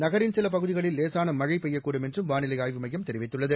நகரின் சில பகுதிகளில் சூலசான மடி பேய்யக்கூடும் என்றும் வானிலை அப்கூ மையம் தேரிவித்துள்ளது